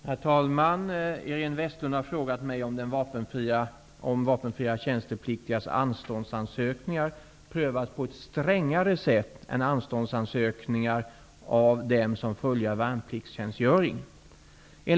Herr talman! Iréne Vestlund har frågat mig om vapenfria tjänstepliktigas anståndsansökningar prövas på ett strängare sätt än anståndsansökningar av dem som fullgör värnpliktstjänstgöring.